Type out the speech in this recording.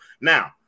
now